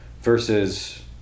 versus